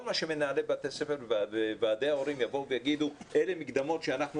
כל מה שמנהלי בתי הספר וועדי ההורים יבואו ויאמרו שאלה מקדמות שאנחנו